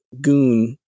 Goon